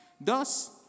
Thus